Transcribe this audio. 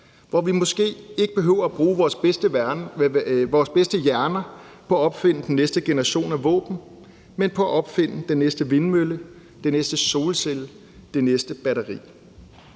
hvor vi måske ikke behøver at bruge vores bedste hjerner på at opfinde den næste generation af våben, men på at opfinde den næste vindmølle, den næste solcelle, det næste batteri.